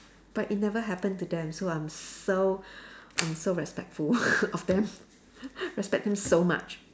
but it never happen to them so I'm so I'm so respectful of them respect them so much